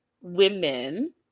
women